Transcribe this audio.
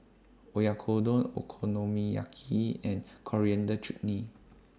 Oyakodon Okonomiyaki and Coriander Chutney